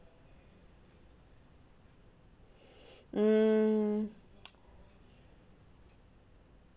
mm